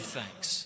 thanks